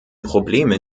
probleme